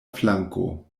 flanko